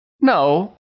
No